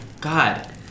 God